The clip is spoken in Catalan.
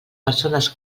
persones